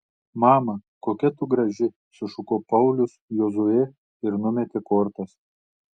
mama kokia tu graži sušuko paulius jozuė ir numetė kortas